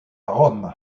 rome